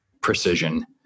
precision